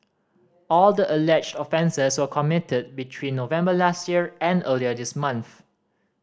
all the alleged offences were committed between November last year and earlier this month